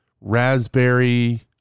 raspberry